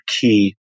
key